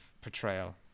portrayal